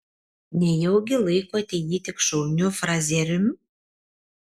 nejaugi laikote jį tik šauniu frazierium